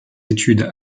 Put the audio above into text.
études